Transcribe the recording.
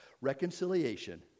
Reconciliation